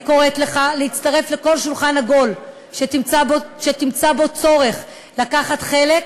אני קוראת לך להצטרף לכל שולחן עגול שתמצא צורך לקחת בו